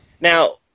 Now